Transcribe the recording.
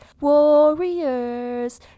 Warriors